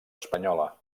espanyola